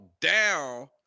down